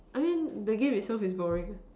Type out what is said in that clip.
I mean the game itself is like boring